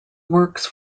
works